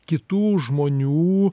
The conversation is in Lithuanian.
kitų žmonių